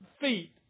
feet